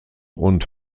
und